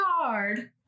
card